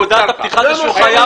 בבקשה,